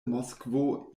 moskvo